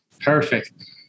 Perfect